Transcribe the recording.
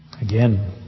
Again